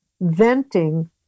venting